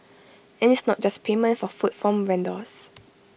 and it's not just payment for food from vendors